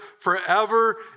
forever